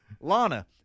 Lana